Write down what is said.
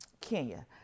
kenya